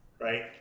right